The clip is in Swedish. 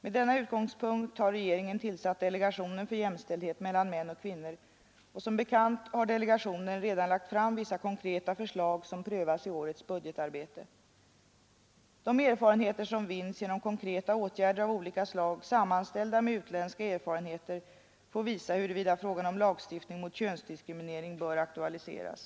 Med denna utgångspunkt har regeringen tillsatt delegationen för jämställdhet mellan män och kvinnor, och som bekant har delegationen redan lagt fram vissa konkreta förslag som prövas i årets budgetarbete. De erfarenheter som vinns genom konkreta åtgärder av olika slag sammanställda med utländska erfarenheter får visa huruvida frågan om lagstiftning mot könsdiskriminering bör aktualiseras.